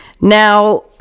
now